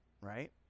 right